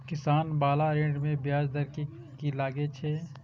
किसान बाला ऋण में ब्याज दर कि लागै छै?